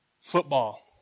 football